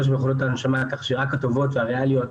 של מכונות ההנשמה כך שרק הטובות והריאליות